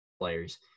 players